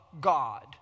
God